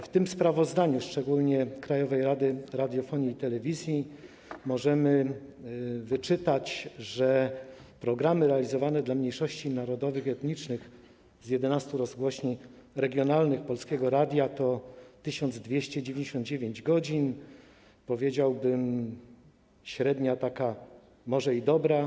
W tym sprawozdaniu, szczególnie Krajowej Rady Radiofonii i Telewizji, możemy wyczytać, że programy realizowane dla mniejszości narodowych i etnicznych z 11 rozgłośni regionalnych Polskiego Radia to 1299 godzin; powiedziałbym, średnia może i dobra.